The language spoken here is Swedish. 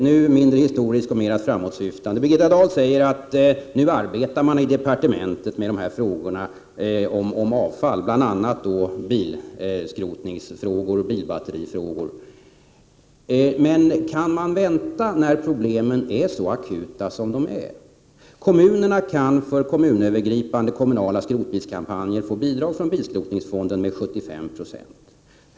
Nu mindre historiskt och mera framåtsyftande: Birgitta Dahl säger att man i departementet arbetar med frågor om avfall, bl.a. bilskrotningsfrågor och bilbatterifrågor. Men kan man vänta när problemen är så akuta som de är? Kommunerna kan för kommunövergripande kommunala bilskrotskampanjer få bidrag från bilskrotningsfonden med 75 26.